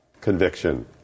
conviction